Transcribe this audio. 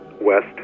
west